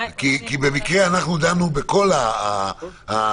כי במקרה אנחנו דנו בכל הספקטרום.